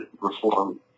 reform